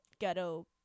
Ghetto